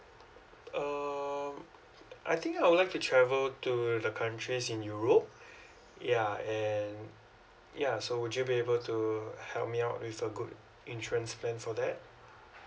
um I think I would like to travel to the countries in europe yeah and yeah so would you be able to help me out with a good insurance plan for that